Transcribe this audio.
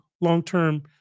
long-term